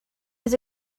was